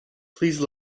please